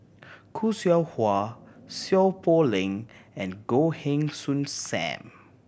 Khoo Seow Hwa Seow Poh Leng and Goh Heng Soon Sam